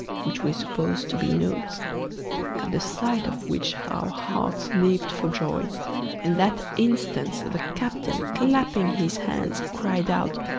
which we supposed to be notes at the sight of which our hearts leapt for joy and that instant the captain, clapping his hands, cried out,